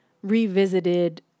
revisited